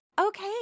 Okay